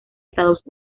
estados